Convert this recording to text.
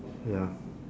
ya